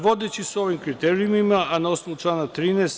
Vodeći se ovim kriterijumima a na osnovu člana 13.